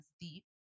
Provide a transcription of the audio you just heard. deep